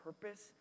purpose